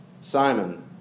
Simon